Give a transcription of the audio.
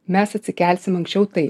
mes atsikelsim anksčiau tai